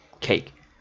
cake